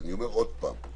אני אומר עוד פעם,